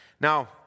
Now